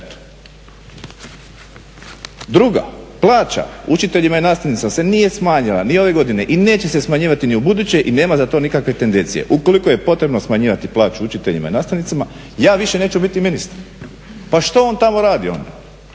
Druga: "Plaća učiteljima i nastavnicima se nije smanjila ni ove godine i neće se smanjivati ni ubuduće i nema za to nikakve tendencije. Ukoliko je potrebno smanjivati plaću učiteljima i nastavnicima ja više neću biti ministar.". Pa što on tamo radi onda?